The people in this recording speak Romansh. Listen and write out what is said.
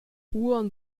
uonn